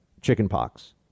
chickenpox